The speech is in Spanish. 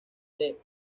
the